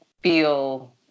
feel